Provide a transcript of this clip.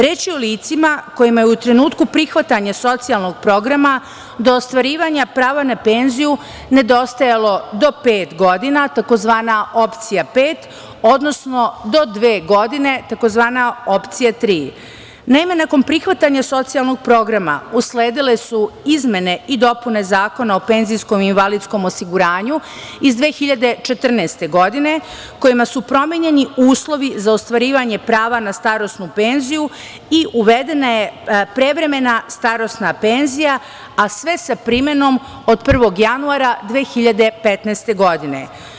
Reč je o licima kojima je u trenutku prihvatanja socijalnog programa do ostvarivanja prava na penziju nedostajalo do pet godina, tzv. opcija 5, odnosno do dve godine, tzv. opcija 3. Naime, nakon prihvatanja socijalnog programa usledile su izmene i dopune Zakona o PIO iz 2014. godine, kojima su promenjeni uslovi za ostvarivanje prava na starosnu penziju i uvedena je prevremena starosna penzija, a sve sa primenom od 1. januara 2015. godine.